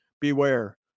beware